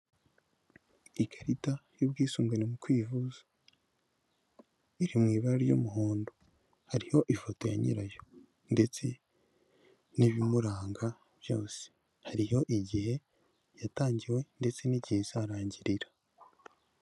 Ikarita y'ubwisungane mu kwivuza iri m'ibara ry'umuhondo hariho ifoto ya nyirayo ndetse'ibimuranga byose hariyo igihe yatangiwe ndetse n'igihe izarangirira.